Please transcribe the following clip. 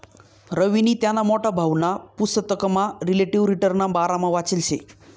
रवीनी त्याना मोठा भाऊना पुसतकमा रिलेटिव्ह रिटर्नना बारामा वाचेल शे